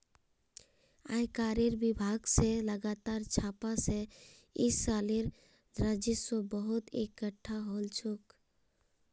आयकरेर विभाग स लगातार छापा स इस सालेर राजस्व बहुत एकटठा हल छोक